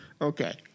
Okay